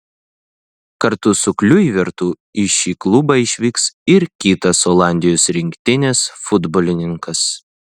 kartu su kliuivertu į šį klubą išvyks ir kitas olandijos rinktinės futbolininkas